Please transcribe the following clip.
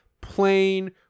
plain